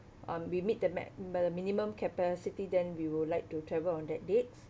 uh we meet the map the minimum capacity than we would like to travel on that date